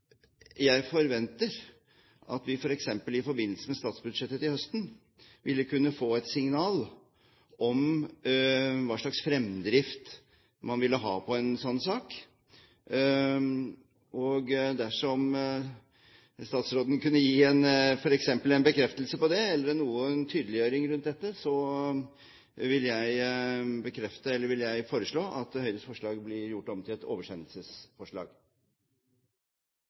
Jeg forventer at vi f.eks. i forbindelse med statsbudsjettet til høsten vil kunne få et signal om hva slags fremdrift man vil ha i en sånn sak. Dersom statsråden f.eks. kunne gi en bekreftelse på det, eller en tydeliggjøring rundt dette, vil jeg foreslå at Høyres forslag blir gjort om til et oversendelsesforslag.